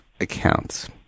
accounts